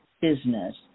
business